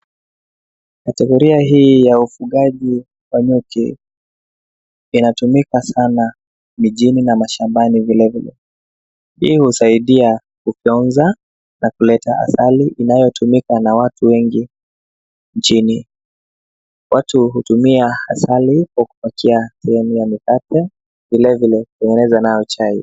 Kategoria hii ya ufugaji wa nyuki, inatumika sana mijini na mashambani vile vile. Hii husaidia kufyonza, na kuleta asali inayotumika na watu wengi nchini. Watu hutumia asali kwa kupakia sehemu ya mikate, vile vile kutengeneza nayo chai.